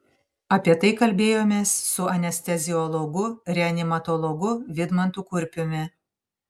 apie tai kalbėjomės su anesteziologu reanimatologu vidmantu kurpiumi